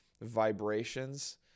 vibrations